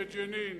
בג'נין,